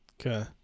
Okay